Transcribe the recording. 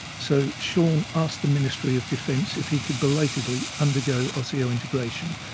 so shaun asked the ministry of defence if he could belatedly undergo osseointegration.